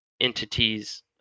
entities